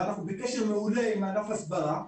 ואנחנו בקשר מעולה עם אגף הסברה,